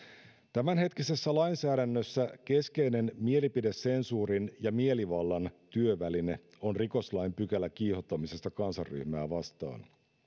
tämänhetkisessä lainsäädännössä keskeinen mielipidesensuurin ja mielivallan työväline on rikoslain pykälä kiihottamisesta kansanryhmää vastaan